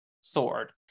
sword